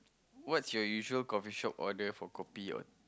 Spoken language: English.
what's your usual coffee shop order for kopi